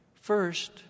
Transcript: First